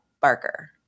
Barker